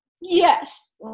yes